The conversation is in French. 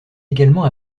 également